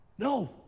No